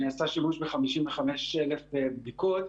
שנעשה שימוש ב-55,000 בדיקות,